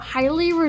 Highly